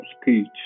Speech